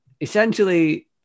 essentially